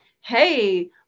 hey